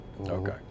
Okay